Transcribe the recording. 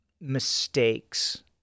mistakes